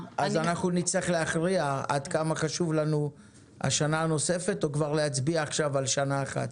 נצטרך להכריע עד כמה חשובה לנו השנה הנוספת הוא להצביע עכשיו על שנה אחת